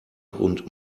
und